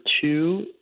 two